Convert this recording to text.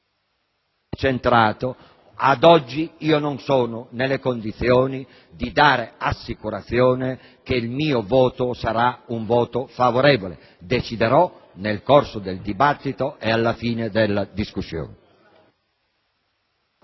*ad horas* non sono nelle condizioni di dare assicurazione che il mio voto sarà favorevole. Deciderò nel corso del dibattito e alla fine della discussione.